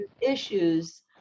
issues